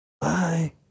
Bye